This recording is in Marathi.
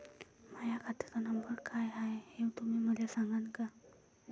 माह्या खात्याचा नंबर काय हाय हे तुम्ही मले सागांन का?